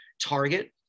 target